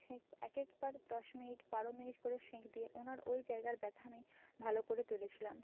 সেঁক একেকবার দশ মিনিট বারো মিনিট করে সেঁক দিয়ে ওনার ওই জায়গার ব্যথা আমি ভালো করে তুলেছিলাম